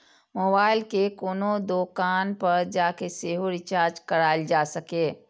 mobile कें कोनो दोकान पर जाके सेहो रिचार्ज कराएल जा सकैए